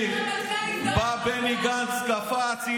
מה הבעיה שרמטכ"ל